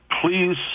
please